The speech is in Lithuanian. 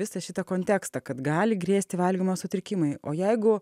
visą šitą kontekstą kad gali grėsti valgymo sutrikimai o jeigu